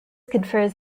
confers